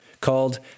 called